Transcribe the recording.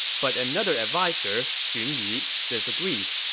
but another adviser, xun yi, disagreed.